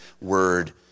word